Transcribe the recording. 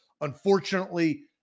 Unfortunately